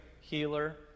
healer